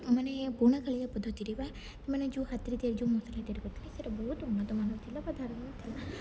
ମାନେ ପୁରୁଣା କାଳିଆ ପଦ୍ଧତିରେ ବା ମାନେ ଯେଉଁ ହାତରେ ତିଆରି କରି ଯେଉଁ ମସଲା ତିଆରି କରୁଥିଲେ ସେଇଟା ବହୁତ ଉନ୍ନତମାନର ଥିଲା ବା ଧାରଣର ଥିଲା